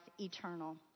eternal